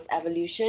Evolution